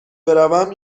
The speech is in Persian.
بروم